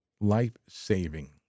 life-saving